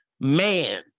man